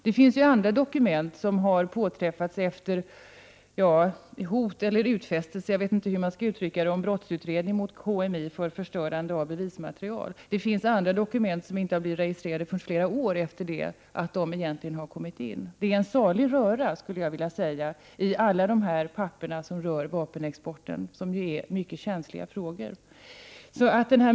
Det finns andra dokument som har påträffats efter hot eller utfästelse — jag vet inte hur man skall uttrycka det — om brottsutredning mot KMI för förstörande av bevismaterial. Det finns andra dokument som inte har blivit registrerade förrän flera år efter det att de har kommit in. Det är en salig röra, skulle jag vilja säga, bland alla de papper som rör vapenexport, vilket är mycket känsliga frågor.